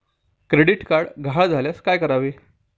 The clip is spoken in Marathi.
क्रेडिट कार्ड गहाळ झाल्यास काय करावे?